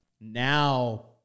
Now